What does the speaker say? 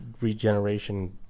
regeneration